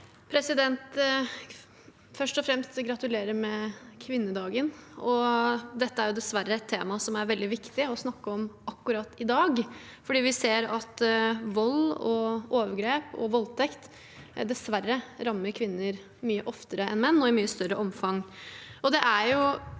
fremst: Gratulerer med kvinnedagen! Dette er dessverre et tema som er veldig viktig å snakke om akkurat i dag, fordi vi ser at vold og overgrep og voldtekt dessverre rammer kvinner mye oftere enn menn, og i mye større omfang.